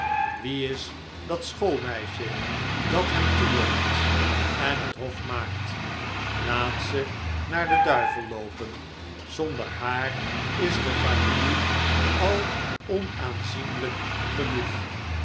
wie is dat schoolmeisje dat hem toelonkt en het hof maakt laat ze naar den duivel loopen zonder haar is de familie al onaanzienlijk genoeg